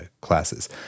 classes